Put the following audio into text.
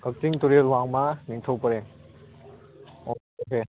ꯀꯛꯆꯤꯡ ꯇꯨꯔꯦꯜ ꯋꯥꯡꯃ ꯅꯤꯡꯊꯧ ꯄꯔꯦꯡ ꯑꯣꯀꯦ